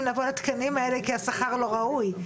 לבוא לתקנים האלה כי השכר הוא לא ראוי.